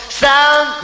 sound